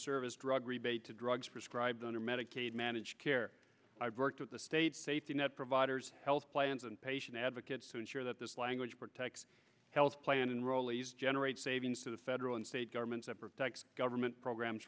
service drug rebate to drugs prescribed under medicaid managed care worked at the state safety net providers health plans and patient advocates to ensure that this language protects health plan and rowley's generates savings to the federal and state governments and protects government programs